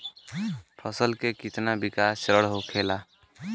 फसल के कितना विकास चरण होखेला?